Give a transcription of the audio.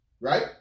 Right